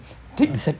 (uh huh)